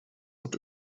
und